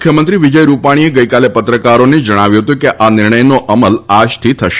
મુખ્યમંત્રી વિજય રૂપાણીએ ગઈકાલે પત્રકારોને જણાવ્યું હતું કે આ નિર્ણયનો અમલ આજથી થશે